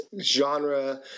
genre